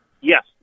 Yes